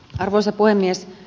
arvoisa puhemies